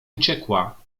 uciekła